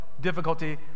difficulty